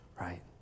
right